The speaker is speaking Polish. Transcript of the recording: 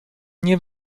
nie